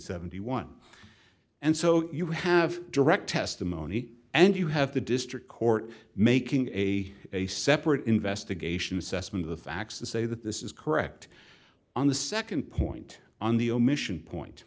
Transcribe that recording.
seventy one and so you have direct testimony and you have the district court making a a separate investigation assessment of the facts to say that this is correct on the nd point on the omission point